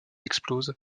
explose